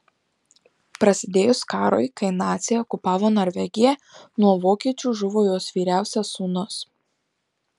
prasidėjus karui kai naciai okupavo norvegiją nuo vokiečių žuvo jos vyriausias sūnus